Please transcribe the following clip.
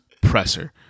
presser